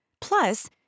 plus